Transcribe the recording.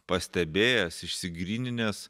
pastebėjęs išsigryninęs